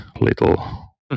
little